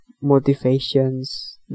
motivations